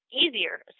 easier